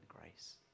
grace